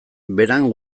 beran